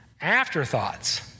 afterthoughts